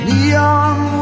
Neon